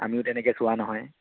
আমিও তেনেকৈ চোৱা নহয়